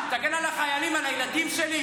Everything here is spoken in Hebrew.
השארתם אותו פה.